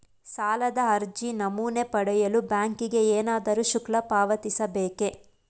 ಸಾಲದ ಅರ್ಜಿ ನಮೂನೆ ಪಡೆಯಲು ಬ್ಯಾಂಕಿಗೆ ಏನಾದರೂ ಶುಲ್ಕ ಪಾವತಿಸಬೇಕೇ?